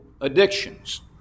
addictions